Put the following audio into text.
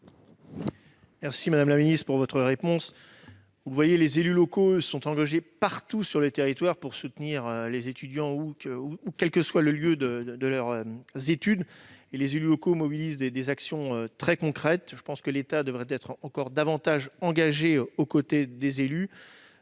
Merci, madame la ministre, de votre réponse. Les élus locaux sont, eux, engagés partout sur le territoire pour soutenir les étudiants quel que soit le lieu de leurs études et ils mobilisent des actions très concrètes. À mon sens, l'État devrait être davantage engagé aux côtés des élus,